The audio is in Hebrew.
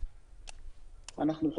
יש לי שאלה למשרד התקשורת.